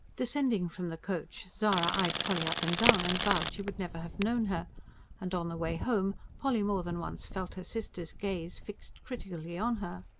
descending from the coach, zara eyed polly up and down and vowed she would never have known her and, on the way home, polly more than once felt her sister's gaze fixed critically on her.